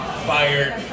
Fired